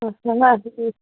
ସେ ଖୋଲା ଅଛି କି